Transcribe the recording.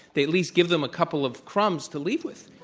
they at least give them a couple of crumbs to leave with.